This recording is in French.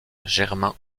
germain